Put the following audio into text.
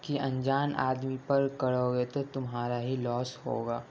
کہ انجان آدمی پر کروگے تو تمہارا ہی لاس ہوگا